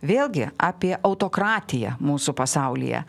vėlgi apie autokratiją mūsų pasaulyje